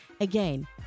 again